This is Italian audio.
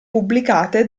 pubblicate